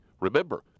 Remember